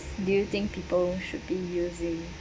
do you think people should be using